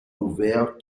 ouverts